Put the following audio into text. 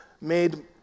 made